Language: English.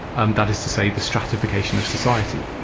and that is to say the stratification of society.